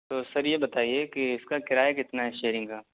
تو سر یہ بتائیے کہ اس کا کرایہ کتنا ہے شیئرنگ کا